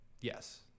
Yes